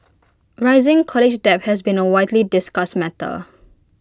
rising college debt has been A widely discussed matter